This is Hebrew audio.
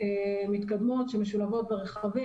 מתקדמות שמשולבות ברכבים,